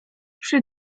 przy